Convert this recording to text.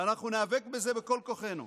ואנחנו ניאבק בזה בכל כוחנו.